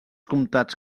comtats